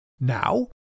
Now